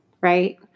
right